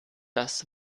das